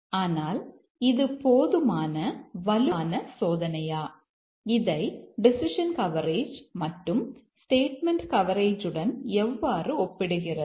ஆனால் இது போதுமான வலுவான சோதனையா இதை டெசிஷன் கவரேஜ் மற்றும் ஸ்டேட்மென்ட் கவரேஜுடன் எவ்வாறு ஒப்பிடுகிறது